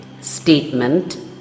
statement